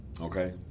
okay